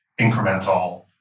incremental